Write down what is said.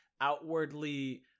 outwardly